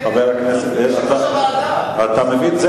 חבר הכנסת, אתה מבין?